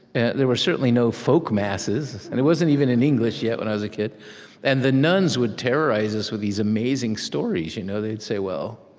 and there were certainly no folk masses. and it wasn't even in english yet, when i was a kid and the nuns would terrorize us with these amazing stories. you know they'd say, well,